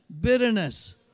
bitterness